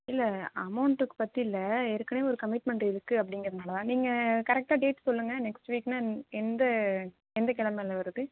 இல்லை அமௌண்ட்டுக்கு பற்றி இல்லை ஏற்கனவே ஒரு கமிட்மெண்ட் இருக்குது அப்படிங்கிறதுனால தான் நீங்கள் கரெக்டாக டேட் சொல்லுங்கள் நெக்ஸ்ட் வீக்னால் எந் எந்த எந்த கெழமையில வருது